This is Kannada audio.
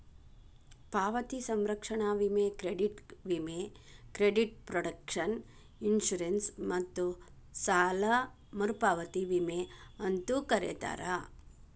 ಪಾವತಿ ಸಂರಕ್ಷಣಾ ವಿಮೆ ಕ್ರೆಡಿಟ್ ವಿಮೆ ಕ್ರೆಡಿಟ್ ಪ್ರೊಟೆಕ್ಷನ್ ಇನ್ಶೂರೆನ್ಸ್ ಮತ್ತ ಸಾಲ ಮರುಪಾವತಿ ವಿಮೆ ಅಂತೂ ಕರೇತಾರ